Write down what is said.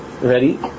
Ready